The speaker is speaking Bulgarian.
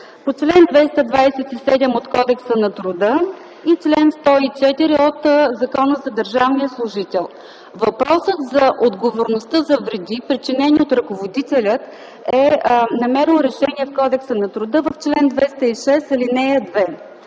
по чл. 227 от Кодекса на труда и чл. 104 от Закона за държавния служител. Въпросът за отговорността за вреди, причинени от ръководителя, е намерил разрешение в Кодекса на труда в чл. 206, ал. 2.